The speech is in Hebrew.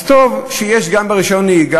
אז טוב שיש גם ברישיון נהיגה,